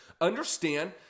understand